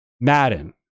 Madden